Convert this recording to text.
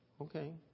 Okay